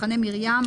מחנה מרים,